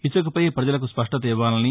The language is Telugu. ఇసుకపై ప్రజలకు స్పష్ణత ఇవ్వాలని